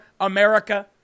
America